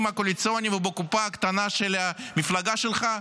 הקואליציוניים ובקופה הקטנה של המפלגה שלך,